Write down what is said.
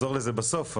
נחזור לזה בסוף,